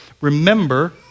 remember